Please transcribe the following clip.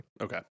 okay